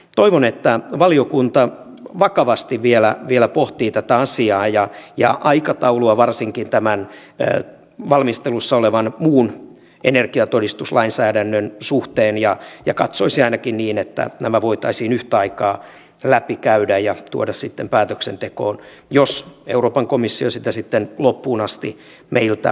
toivon että valiokunta vakavasti vielä pohtii tätä asiaa ja aikataulua varsinkin tämän valmistelussa olevan muun energiatodistuslainsäädännön suhteen ja katsoisi ainakin niin että nämä voitaisiin yhtä aikaa läpikäydä ja tuoda sitten päätöksentekoon jos euroopan komissio sitä sitten loppuun asti meiltä vaatii